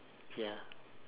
ya